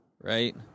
right